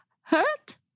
hurt